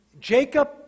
Jacob